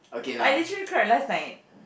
I literally cried last night